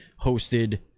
hosted